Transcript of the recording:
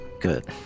good